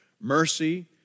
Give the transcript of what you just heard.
mercy